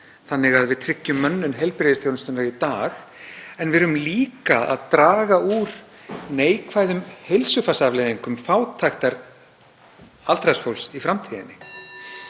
þannig að við tryggjum mönnun heilbrigðisþjónustunnar í dag en við erum líka að draga úr neikvæðum heilsufarsafleiðingum fátæktar aldraðs fólks í framtíðinni.